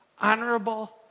honorable